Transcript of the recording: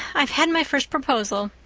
i've had my first proposal.